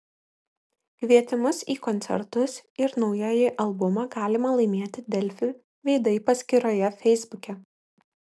kvietimus į koncertus ir naująjį albumą galima laimėti delfi veidai paskyroje feisbuke